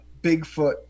Bigfoot